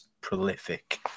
prolific